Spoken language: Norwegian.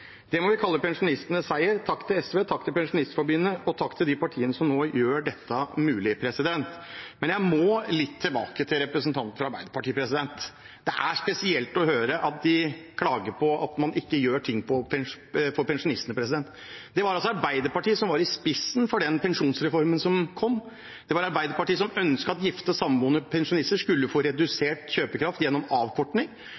Det må vi kalle pensjonistenes seier. Takk til SV, takk til Pensjonistforbundet, og takk til de partiene som nå gjør dette mulig. Jeg må litt tilbake til representantene fra Arbeiderpartiet. Det er spesielt å høre at de klager på at man ikke gjør ting for pensjonistene. Det var altså Arbeiderpartiet som sto i spissen for den pensjonsreformen som kom. Det var Arbeiderpartiet som ønsket at gifte og samboende pensjonister skulle få